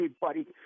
buddy